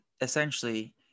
essentially